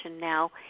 now